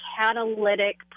catalytic